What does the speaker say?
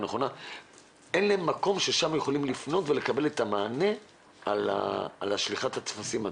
אין מקום שלשם הם יכולים לפנות ולקבל את המענה על שליחת הטפסים.